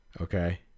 okay